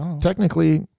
Technically